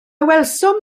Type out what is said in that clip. welsom